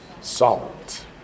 Salt